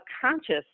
conscious